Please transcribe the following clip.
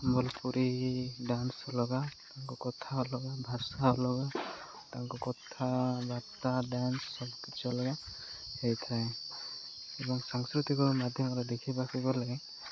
Sambalpuri dance ଅଲଗା ତାଙ୍କ କଥା ଅଲଗା ଭାଷା ଅଲଗା ତାଙ୍କ କଥାବାର୍ତ୍ତା ଡ୍ୟାନ୍ସ ସବୁ କିିଛି ଅଲଗା ହେଇଥାଏ ଏବଂ ସାଂସ୍କୃତିକ ମାଧ୍ୟମରେ ଦେଖିବାକୁ ଗଲେ